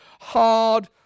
hard